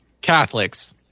Catholics